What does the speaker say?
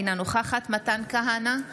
אינה נוכחת מתן כהנא,